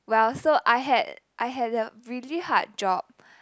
well so I had I had a really hard job